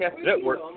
Network